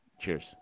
Cheers